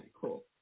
cool